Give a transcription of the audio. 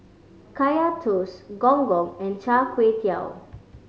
Kaya Toast Gong Gong and Char Kway Teow